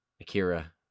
Akira